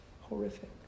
horrific